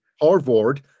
Harvard